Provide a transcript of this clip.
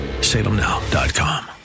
Salemnow.com